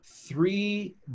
three